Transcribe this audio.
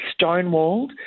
stonewalled